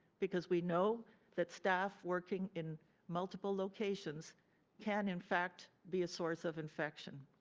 because we know that staff working in multiple locations can in fact be a source of infection,